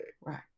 Right